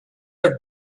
are